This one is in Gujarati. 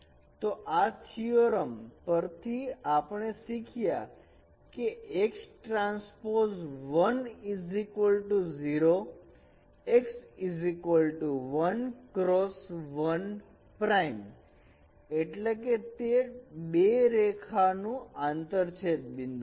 તો આ થયોરમ પરથી આપણે શીખ્યા કે x transpose 1 0 x 1 cross 1 prime એટલે કે તે 2 રેખા નું આંતર છેદ બિંદુ છે